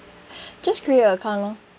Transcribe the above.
just create a account lor